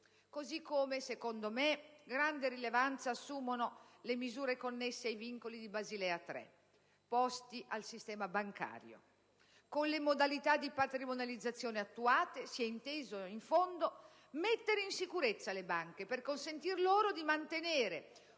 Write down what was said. Così come, secondo me, grande rilevanza assumono le misure connesse ai vincoli di Basilea 3, poste al sistema bancario. Con le modalità di patrimonializzazione attuate si è inteso, in fondo, mettere in sicurezza le banche, per consentire loro di mantenere